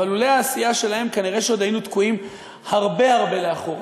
אבל לולא העשייה שלהם כנראה עוד היינו תקועים הרבה הרבה מאחור.